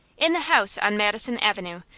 in the house on madison avenue,